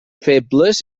febles